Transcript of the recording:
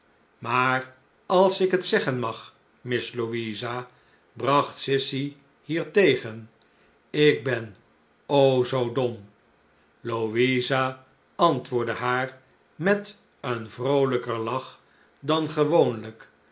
maar als ik het zeggen mag miss louisa bracht sissy hiertegen in ik ben o zoo dom louisa antwoordde haar met een vroolijker lach dan gewoonlijk